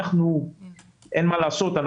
אין מה לעשות,